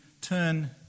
turn